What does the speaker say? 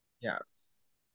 Yes